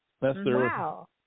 Wow